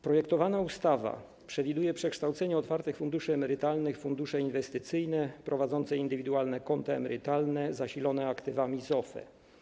Projektowana ustawa przewiduje przekształcenie otwartych funduszy emerytalnych w fundusze inwestycyjne prowadzące indywidualne konta emerytalne zasilone aktywami z OFE.